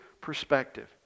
perspective